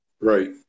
Right